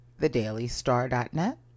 thedailystar.net